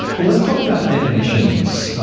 let's talk about definitions.